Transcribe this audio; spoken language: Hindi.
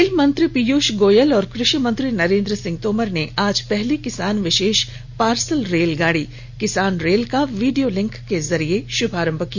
रेल मंत्री पीयूष गोयल और कृषि मंत्री नरेन्द्र सिंह तोमर ने आज पहली किसान विशेष पार्सल रेलगाड़ी किसान रेल का वीडियो लिंक के जरिए श्भारंभ किया